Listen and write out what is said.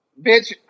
Bitch